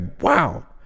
wow